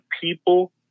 people